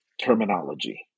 terminology